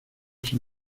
san